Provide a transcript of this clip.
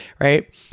Right